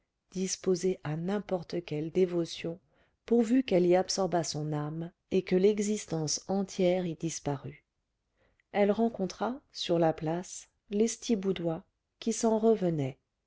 disposée à n'importe quelle dévotion pourvu qu'elle y absorbât son âme et que l'existence entière y disparût elle rencontra sur la place lestiboudois qui s'en revenait